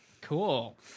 Cool